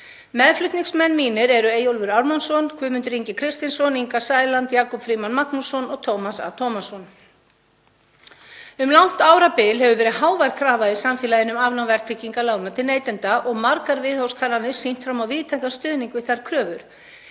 Meðflutningsmenn mínir eru: Eyjólfur Ármannsson, Guðmundur Ingi Kristinsson, Inga Sæland, Jakob Frímann Magnússon og Tómas A. Tómasson. Um langt árabil hefur verið hávær krafa í samfélaginu um afnám verðtryggingar lána til neytenda og margar viðhorfskannanir sýnt fram á víðtækan stuðning við þær kröfur.